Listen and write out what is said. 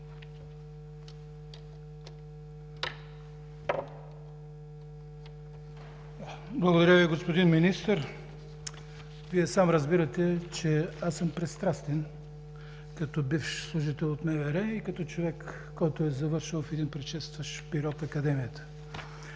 Благодаря Ви, господин Министър. Вие сам разбирате, че аз съм пристрастен като бивш служител от МВР и като човек, който е завършил в един предшестващ период Академията.